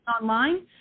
online